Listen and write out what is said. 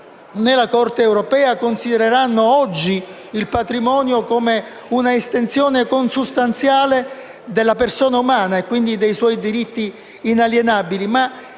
dell'uomo considereranno oggi il patrimonio come un'estensione consustanziale della persona umana e, quindi, dei suoi diritti inalienabili.